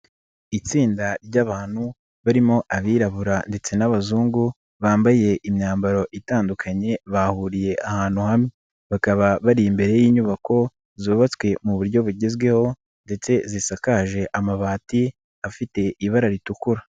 Itsinda ry'abantu barimo abirabura ndetse n'abazungu, bambaye imyambaro itandukanye bahuriye ahantu hamwe, bakaba bari imbere y'inyubako zubatswe mu buryo bugezweho ndetse zisakaje amabati afite ibara ritukura.